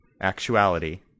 actuality